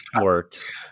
works